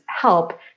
help